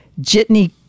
jitney